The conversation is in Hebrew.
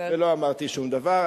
ולא אמרתי שום דבר.